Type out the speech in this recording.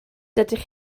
dydych